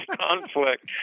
conflict